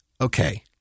okay